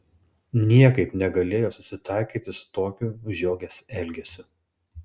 niekaip negalėjo susitaikyti su tokiu žiogės elgesiu